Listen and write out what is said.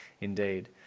Indeed